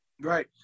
Right